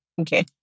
okay